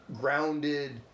grounded